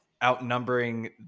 outnumbering